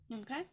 Okay